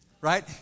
right